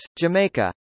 Jamaica